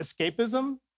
Escapism